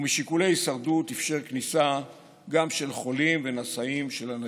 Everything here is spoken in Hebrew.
ומשיקולי הישרדות אפשר כניסה גם של חולים ונשאים של הנגיף.